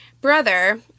brother